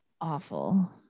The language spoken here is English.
awful